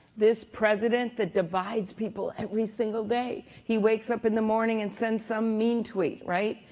this president that divides people every single day, he wakes up in the morning and sends some mean tweet, right?